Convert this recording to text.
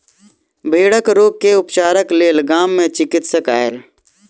भेड़क रोग के उपचारक लेल गाम मे चिकित्सक आयल